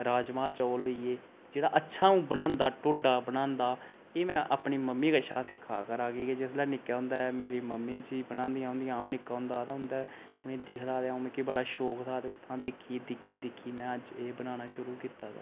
राजमां चौल होई गे जेह्ड़ा अच्छा अ'उं बनांदा एह् में अपनी मम्मी कशा सिक्खेआ घरा की के जिसलै निक्के होंदे मम्मी इसी बनांदी अम्मी अ'उं निक्का होंदा में दिखदा बड़ा शौक उत्थूं दिक्खी दिक्खी दिक्खी में अज्ज एह् बनाना शुरू कीता दा